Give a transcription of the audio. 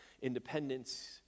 independence